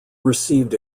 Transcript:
received